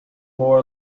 more